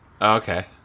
Okay